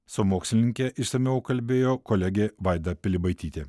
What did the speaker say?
su mokslininke išsamiau kalbėjo kolegė vaida pilibaitytė